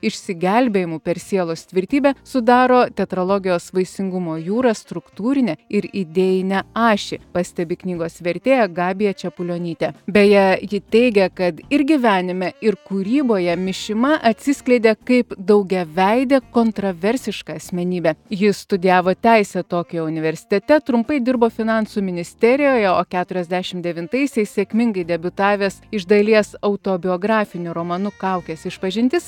išsigelbėjimu per sielos tvirtybę sudaro tetralogijos vaisingumo jūrą struktūrinę ir idėjinę ašį pastebi knygos vertėja gabija čepulionytė beje ji teigia kad ir gyvenime ir kūryboje mišima atsiskleidė kaip daugiaveidė kontraversiška asmenybė jis studijavo teisę tokijo universitete trumpai dirbo finansų ministerijoje o keturiasdešim devintaisiais sėkmingai debiutavęs iš dalies autobiografiniu romanu kaukės išpažintis